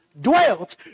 dwelt